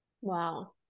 wow